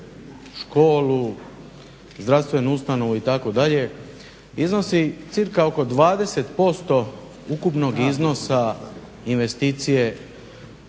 školu, zdravstvenu ustanovu itd. iznosi cirka oko 20% ukupnog iznosa investicije.